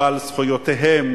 אבל זכויותיהם